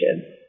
Okay